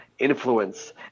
influence